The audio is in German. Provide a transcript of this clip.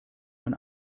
man